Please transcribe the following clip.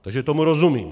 Takže tomu rozumím.